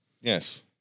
Yes